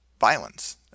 violence